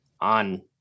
on